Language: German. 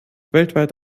weltweit